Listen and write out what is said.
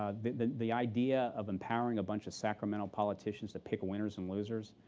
ah the the idea of empowering a bunch of sacramento politicians to pick winners and losers,